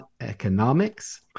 economics